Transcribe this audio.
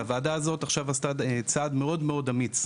והוועדה הזאת עכשיו עשתה צעד מאוד מאוד אמיץ,